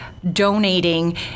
donating